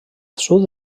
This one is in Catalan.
sud